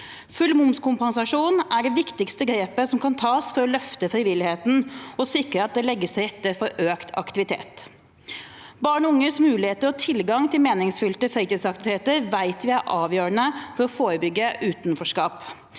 Full momskompensasjon er det viktigste grepet som kan tas for å løfte frivilligheten og sikre at det legges til rette for økt aktivitet. Vi vet at barn og unges muligheter for tilgang til meningsfylte fritidsaktiviteter er avgjørende for å forebygge utenforskap.